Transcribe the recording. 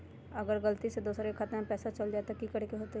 अगर गलती से दोसर के खाता में पैसा चल जताय त की करे के होतय?